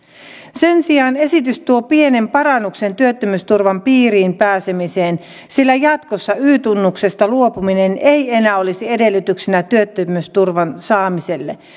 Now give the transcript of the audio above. sen sijaan esitys tuo pienen parannuksen työttömyysturvan piiriin pääsemiseen sillä jatkossa y tunnuksesta luopuminen ei enää olisi edellytyksenä työttömyysturvan saamiselle